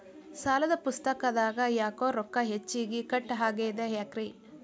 ಸಾಲದ ಪುಸ್ತಕದಾಗ ಯಾಕೊ ರೊಕ್ಕ ಹೆಚ್ಚಿಗಿ ಕಟ್ ಆಗೆದ ಯಾಕ್ರಿ?